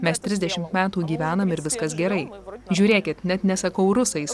mes trisdešimt metų gyvenam ir viskas gerai žiūrėkit net nesakau rusais